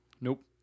Nope